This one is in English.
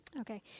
Okay